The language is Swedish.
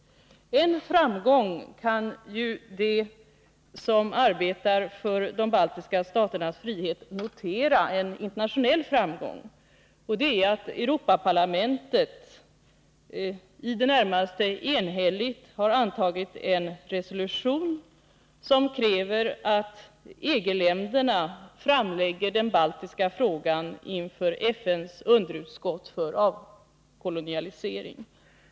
En internationell framgång kan de som arbetar för de baltiska staternas frihet notera. Europaparlamentet har nämligen i det närmaste enhälligt antagit en resolution. Man kräver att EG-länderna lägger fram den baltiska frågan inför FN:s underutskott för avkolonialisering.